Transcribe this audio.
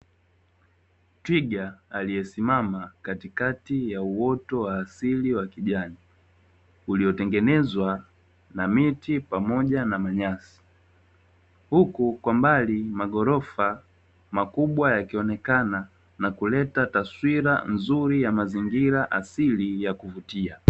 Twiga aliyesimama katikati ya uoto wa asili wa kijani, uliotengenezwa na miti pamoja na manyasi, huku kwa mbali maghorofa makubwa yakionekana na kuleta taswira nzuri ya mazingira asili ya kuvutia.